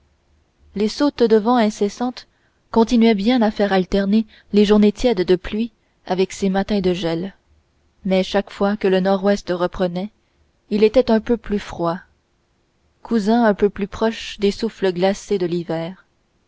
les sautes de vent incessantes continuaient bien à faire alterner les journées tièdes de pluie avec ces matins de gel mais chaque fois que le nord-ouest reprenait il était un peu plus froid cousin un peu plus proche des souffles glacés de l'hiver